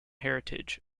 heritage